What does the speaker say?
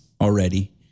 already